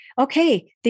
Okay